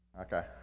Okay